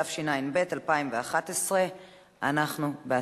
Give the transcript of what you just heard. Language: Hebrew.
התשע"ב 2011. אנחנו בהצבעה.